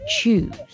choose